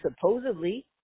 supposedly